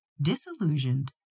disillusioned